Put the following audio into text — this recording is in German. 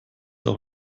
auch